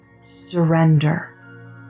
surrender